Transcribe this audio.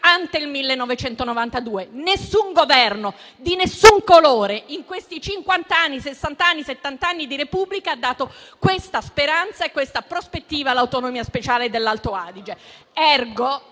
ante 1992. Nessun Governo di nessun colore, in questi cinquanta, sessanta o settant'anni di Repubblica, ha dato questa speranza e questa prospettiva all'autonomia speciale dell'Alto Adige.